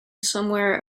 somewhere